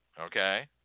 Okay